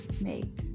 make